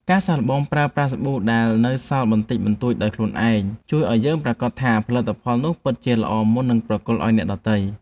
ការសាកល្បងប្រើប្រាស់សាប៊ូដែលនៅសល់បន្តិចបន្តួចដោយខ្លួនឯង ជួយឱ្យយើងប្រាកដថាផលិតផលនោះពិតជាល្អមុននឹងប្រគល់ឱ្យអ្នកដទៃ។